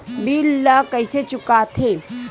bill ला कइसे चुका थे